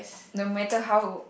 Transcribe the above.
no matter how